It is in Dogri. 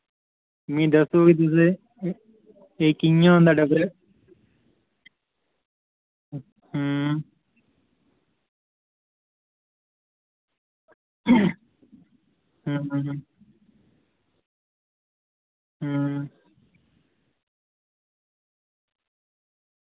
मिगी दस्सो तुस एह् कियां होंदा डिप्रेशन हूं हूं हूं हूं हं